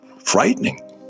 frightening